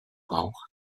bauch